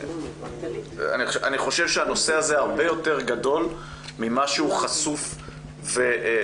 אני חושב שהנושא הזה הרבה יותר גדול ממה שהוא חשוף ומוכר.